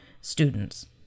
students